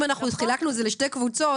אם חילקנו את זה לשתי קבוצות,